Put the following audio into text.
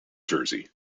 jersey